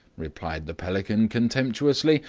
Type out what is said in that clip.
replied the pelican, contemptuously.